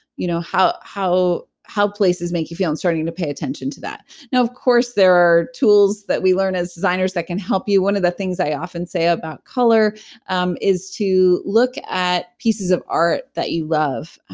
you know how how places make you feel and starting to pay attention to that now of course there are tools that we learn as designers that can help you. one of the things i often say about color um is to look at pieces of art that you love.